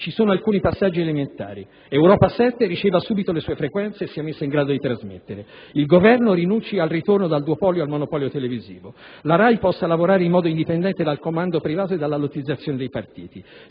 ci sono alcuni passaggi elementari: Europa 7 riceva subito le sue frequenze e sia messa in grado di trasmettere; il Governo rinunci al ritorno dal duopolio al monopolio televisivo; la RAI possa lavorare in modo indipendente dal comando privato e dalla lottizzazione dei partiti;